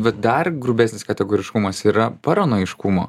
vat dar grubesnis kategoriškumas yra paranojiškumo